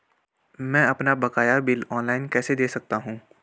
मैं अपना बकाया बिल ऑनलाइन कैसे दें सकता हूँ?